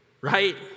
Right